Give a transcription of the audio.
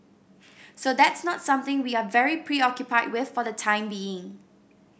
so that's not something we are very preoccupied with for the time being